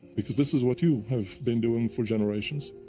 because this is what you have been doing for generations.